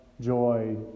joy